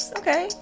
okay